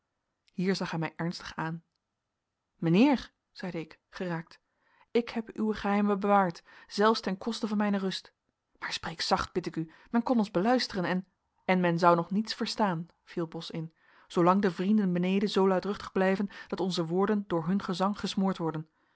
hier zag hij mij ernstig aan mijnheer zeide ik geraakt ik heb uwe geheimen bewaard zelfs ten koste van mijne rust maar spreek zacht bid ik u men kon ons beluisteren en en men zou nog niets verstaan viel bos in zoolang de vrienden beneden zoo luidruchtig blijven dat onze woorden door hun gezang gesmoord worden